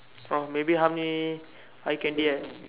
oh maybe how many eye candy I